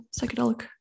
psychedelic